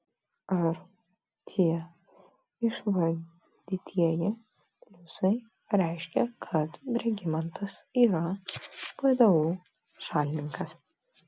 ar tie išvardytieji pliusai reiškia kad regimantas yra vdu šalininkas